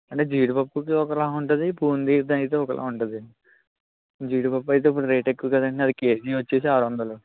అంటే జీడిపప్పుకి ఒకలాగా ఉంటుంది బూందీ అయితే ఒకలాగా ఉంటుంది జీడిపప్పు అయితే ఇప్పుడు రేట్ ఎక్కువ కదండి అది కేజీ వచ్చి ఆరు వందలు